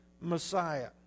Messiah